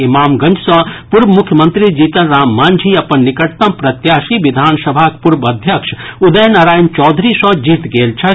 ईमामगंज सॅ पूर्व मुख्यमंत्री जीतनराम मांझी अपन निकटतम प्रत्याशी विधानसभाक पूर्व अध्यक्ष उदय नारायण चौधरी सॅ जीत गेल छथि